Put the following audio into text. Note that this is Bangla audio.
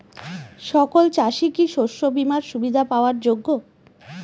সকল চাষি কি শস্য বিমার সুবিধা পাওয়ার যোগ্য?